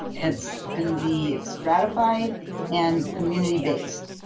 it's gonna be stratified and community-based,